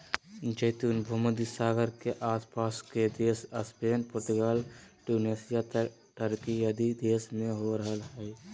जैतून भूमध्य सागर के आस पास के देश स्पेन, पुर्तगाल, ट्यूनेशिया, टर्की आदि देश में हो रहल हई